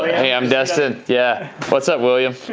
hey, i'm destin, yeah. what's up, william?